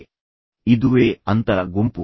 ಇದು ಎರಡು ಗುಂಪುಗಳ ನಡುವಿನ ಅಂತರಗುಂಪು